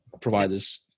providers